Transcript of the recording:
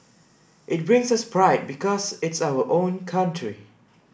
it brings us pride because it's our own country